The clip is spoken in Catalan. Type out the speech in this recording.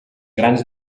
grans